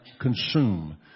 consume